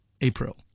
April